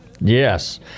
Yes